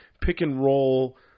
pick-and-roll